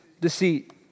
deceit